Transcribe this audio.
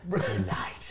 tonight